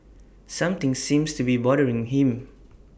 something seems to be bothering him